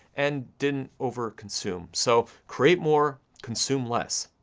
and didn't over consume. so create more, consume less.